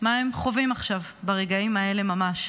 מה הם חווים עכשיו ברגעים האלה ממש,